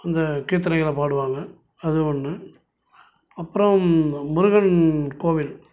அந்த கீர்த்தனைகளை பாடுவாங்க அது ஒன்று அப்புறம் முருகன் கோவில்